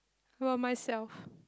about myself